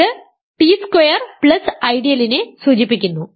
ഇത് t square plus ഐഡിയലിനെ സൂചിപ്പിക്കുന്നു